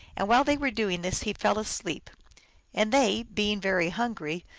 and while they were doing this he fell asleep and they, being very hungry,